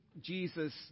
Jesus